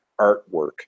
artwork